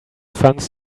funds